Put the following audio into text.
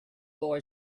boy